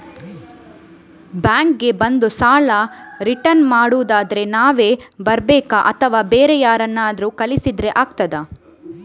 Bank ಗೆ ಬಂದು ಸಾಲ ರಿಟರ್ನ್ ಮಾಡುದಾದ್ರೆ ನಾವೇ ಬರ್ಬೇಕಾ ಅಥವಾ ಬೇರೆ ಯಾರನ್ನಾದ್ರೂ ಕಳಿಸಿದ್ರೆ ಆಗ್ತದಾ?